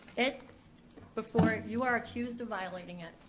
it before you are accused of violating it.